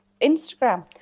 Instagram